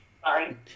sorry